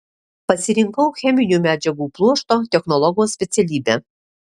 pasirinkau cheminių medžiagų pluoštų technologo specialybę